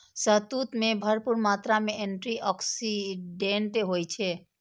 शहतूत मे भरपूर मात्रा मे एंटी आक्सीडेंट होइ छै